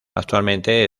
actualmente